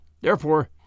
Therefore